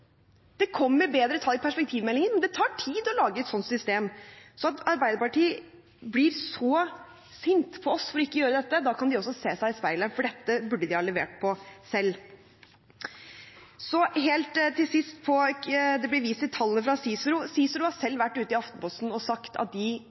Det kommer bedre tall i perspektivmeldingen, men det tar tid å lage et sånt system. Men når Arbeiderpartiet blir så sinte på oss for ikke å gjøre dette, da kan de også se seg i speilet, for dette burde de ha levert på selv. Så helt til sist. Det blir vist til tallene fra CICERO. CICERO har